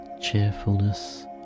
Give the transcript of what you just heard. cheerfulness